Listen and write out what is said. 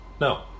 No